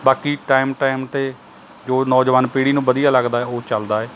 ਬਾਕੀ time time 'ਤੇ ਜੋ ਨੌਜਵਾਨ ਪੀੜ੍ਹੀ ਨੂੰ ਵਧੀਆ ਲੱਗਦਾ ਏ ਉਹ ਚੱਲਦਾ ਏ